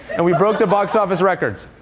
and we broke the box office records.